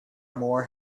more